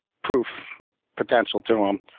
proof potential to them.